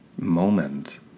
moment